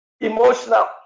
emotional